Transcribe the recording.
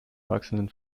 wachsenden